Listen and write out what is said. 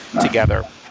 together